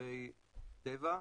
ממשאבי טבע.